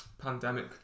pandemic